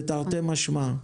זה תרתי משמע.